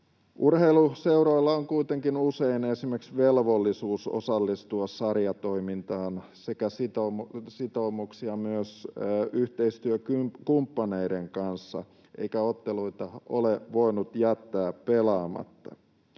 Urheiluseuroilla on kuitenkin usein esimerkiksi velvollisuus osallistua sarjatoimintaan sekä sitoumuksia myös yhteistyökumppaneiden kanssa, eikä otteluita ole voinut jättää pelaamatta.